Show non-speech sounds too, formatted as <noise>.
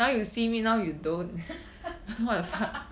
<laughs>